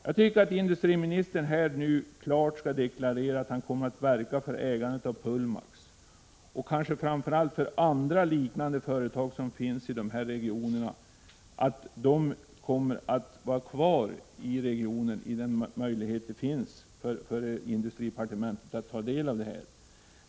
Jag tycker att industriministern här och nu klart skall deklarera att han kommer att verka för att ägandet av Pullmax och kanske framför allt andra liknande företag blir kvar i de regioner där företagen är verksamma.